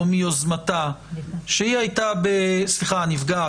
בתשובה, או מיוזמתה, שהיא הייתה בטיפול